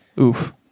Oof